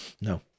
no